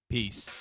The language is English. Peace